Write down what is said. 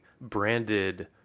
branded